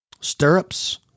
stirrups